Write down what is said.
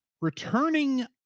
returning